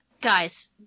guys